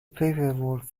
paperwork